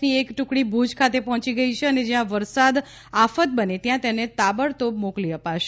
ની એક ટુકડી ભુજ ખાતે પહોંચી ગઈ છે અને જ્યાં વરસાદ આફત બને ત્યાં તેને તાબડતોબ મોકલી અપાશે